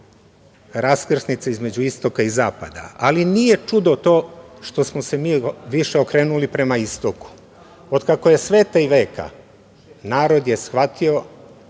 raskrsnica između istoka i zapada, ali nije čudo to što smo se mi više okrenuli prema istoku. Otkako je sveta i veka, narod je shvatio